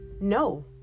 no